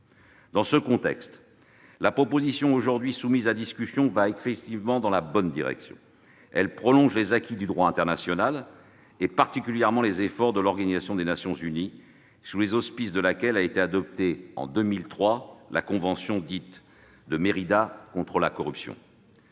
Dans ce contexte, cette proposition de loi va dans la bonne direction en prolongeant les acquis du droit international, et particulièrement les efforts de l'Organisation des Nations unies, sous les auspices de laquelle a été adoptée, en 2003, la convention dite de Mérida contre la corruption.